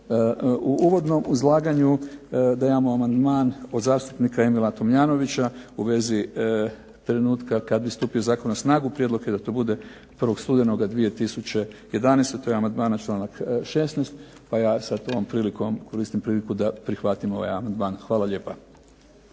u uvodnom izlaganju, da imamo amandman od zastupnika Emila Tomljanovića u vezi trenutka kad bi stupio zakon na snagu. Prijedlog je da to bude 1. studenoga 2011. To je amandman na članak 16. pa ja sad ovom prilikom, koristim priliku da prihvatim ovaj amandman. Hvala lijepa.